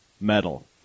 metal